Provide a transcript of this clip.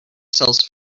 sells